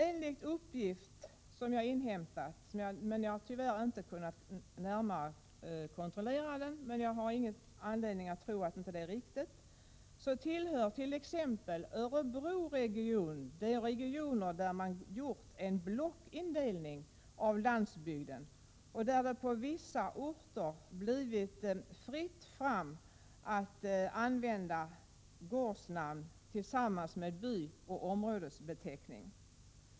Enligt uppgifter som jag inhämtat men inte kunnat kontrollera — jag har ingen anledning att betvivla dem — tillhör t.ex. Örebro de regioner där man gjort en blockindelning av landsbygden, där det inom vissa orter blivit fritt fram att använda gårdsnamn tillsammans med byoch områdesbeteckning.